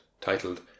titled